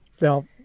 Now